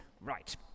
Right